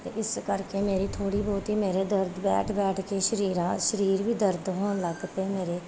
ਇਸ ਕਰਕੇ ਮੇਰੀ ਥੋੜ੍ਹੀ ਬਹੁਤ ਮੇਰੇ ਦਰਦ ਬੈਠ ਬੈਠ ਕੇ ਸਰੀਰ ਆ ਸਰੀਰ ਵੀ ਦਰਦ ਹੋਣ ਲੱਗ ਪਏ ਮੇਰੇ